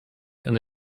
and